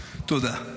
תודה.